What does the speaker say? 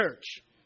church